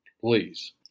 please